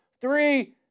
Three